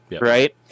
Right